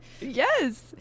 Yes